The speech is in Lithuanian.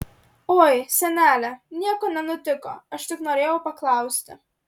oi senele nieko nenutiko aš tik norėjau paklausti